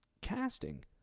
casting